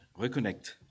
reconnect